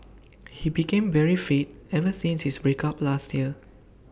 he became very fit ever since his break up last year